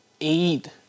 aid